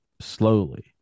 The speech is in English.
slowly